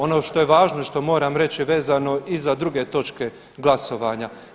Ono što je važno i što moram reći je vezano i za druge točke glasovanja.